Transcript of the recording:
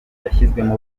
yashyizwemo